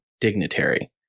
dignitary